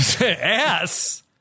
Ass